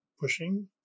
pushing